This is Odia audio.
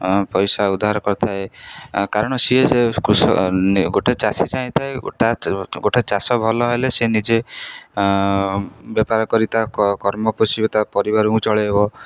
ପଇସା ଉଦ୍ଧାର କରିଥାଏ କାରଣ ସିଏ ସେ କୃଷକ ଗୋଟେ ଚାଷୀ ଚାହିଁଥାଏ ଗୋଟା ଗୋଟେ ଚାଷ ଭଲ ହେଲେ ସେ ନିଜେ ବେପାର କରି ତା' କର୍ମ ପୋଷିବ ତା' ପରିବାରଙ୍କୁ ଚଳେଇବ